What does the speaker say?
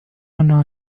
أنه